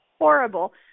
Horrible